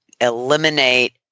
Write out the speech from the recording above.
eliminate